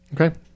Okay